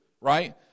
right